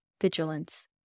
vigilance